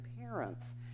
parents